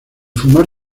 fumar